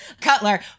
Cutler